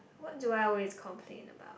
what do I always complain about